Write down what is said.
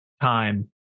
time